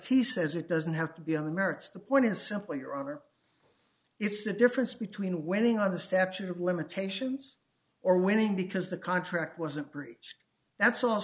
s he says it doesn't have to be on the merits of the point is simply your honor if the difference between winning on the statute of limitations or winning because the contract wasn't breach that's all